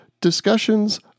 discussions